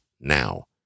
now